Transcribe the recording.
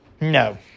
no